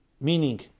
meaning